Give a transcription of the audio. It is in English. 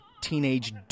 teenage